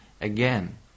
again